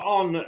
on